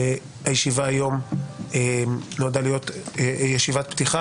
נועדה להיות ישיבת פתיחה,